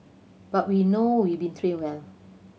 but we know we've been trained well